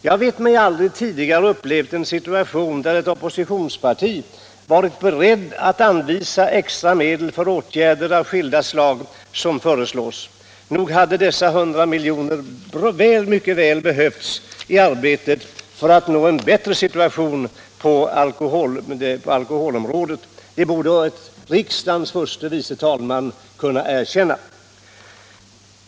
Jag vet mig aldrig tidigare ha upplevt en situation där ett oppositionsparti har varit berett att anvisa extra medel för åtgärder av skilda slag som föreslås. Dessa 100 miljoner hade mycket väl behövts i arbetet för att nå en bättre situation på alkoholområdet. Det borde riksdagens förste vice talman kunna erkänna.